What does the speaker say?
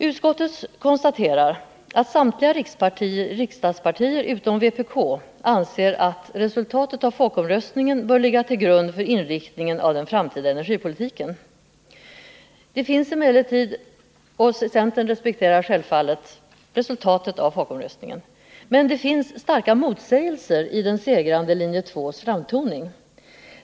Utskottet konstaterar att samtliga riksdagspartier utom vpk anser att resultatet av folkomröstningen bör ligga till grund för inriktningen av den framtida energipolitiken. Centern respekterar alltså resultatet av folkomröstningen. Men det finns starka motsägelser i den segrande linje 2:s framtoning.